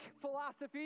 philosophy